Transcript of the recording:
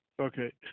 Okay